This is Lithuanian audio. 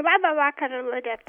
labą vakarą loreta